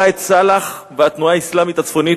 ראאד סלאח והתנועה האסלאמית הצפונית,